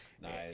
Nice